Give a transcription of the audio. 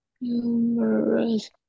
numerous